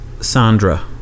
Sandra